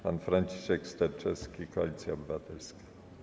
Pan Franciszek Sterczewski, Koalicja Obywatelska.